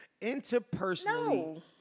Interpersonally